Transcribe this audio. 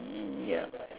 mm ya